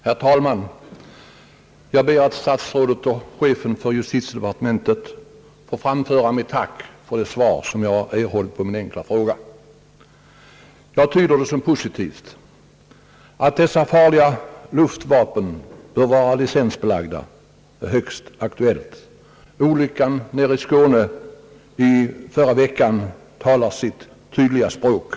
Herr talman! Jag ber att till statsrådet och chefen för justitiedepartementet få framföra mitt tack för det svar som jag erhållit på min enkla fråga. Jag tyder det såsom positivt. Att dessa farliga luftvapen bör vara licensbelagda är högst aktuellt. Olyckan i Skåne i förra veckan talar sitt tydliga språk.